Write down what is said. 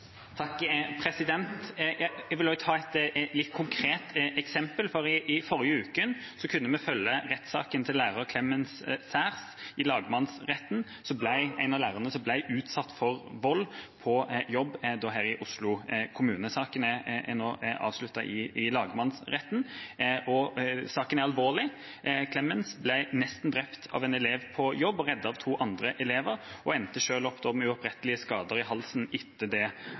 Jeg vil ta et litt konkret eksempel. I forrige uke kunne vi følge rettssaken til læreren Clemens Saers i lagmannsretten, som er en av lærerne som har blitt utsatt for vold på jobb, i Oslo kommune. Saken er nå avsluttet i lagmannsretten. Saken er alvorlig. Clemens Saers ble nesten drept av en elev på jobb. Han ble reddet av to andre elever og endte opp med uopprettelige skader i halsen etter angrepet. Det